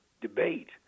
debate